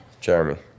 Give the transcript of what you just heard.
Jeremy